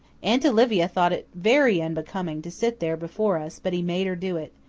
aunt olivia thought it very unbecoming to sit there before us, but he made her do it.